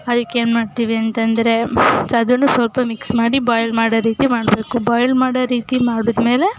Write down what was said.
ಅದಕ್ಕೆ ಏನು ಮಾಡ್ತೀವಿ ಅಂತ ಅಂದ್ರೆ ಮತ್ತು ಅದನ್ನು ಸ್ವಲ್ಪ ಮಿಕ್ಸ್ ಮಾಡಿ ಬಾಯ್ಲ್ ಮಾಡೋ ರೀತಿ ಮಾಡಬೇಕು ಬಾಯ್ಲ್ ಮಾಡೋ ರೀತಿ ಮಾಡಿದ್ಮೇಲೆ